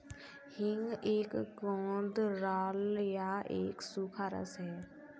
हींग एक गोंद राल या एक सूखा रस है